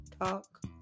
talk